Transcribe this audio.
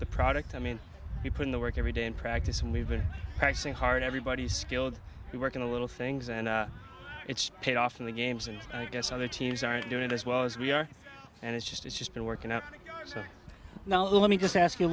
the product i mean we put in the work every day in practice and we've been practicing hard everybody skilled we work in a little things and it's paid off in the games and i guess other teams aren't doing it as well as we are and it's just it's just been working out so now let me just ask you a